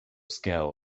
skill